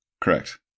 Correct